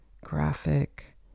graphic